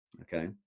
okay